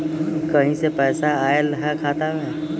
कहीं से पैसा आएल हैं खाता में?